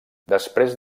després